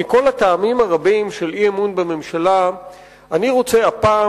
מכל הטעמים הרבים של אי-אמון בממשלה אני רוצה הפעם